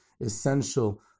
essential